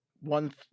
One